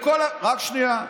רק שנייה,